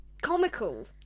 Comical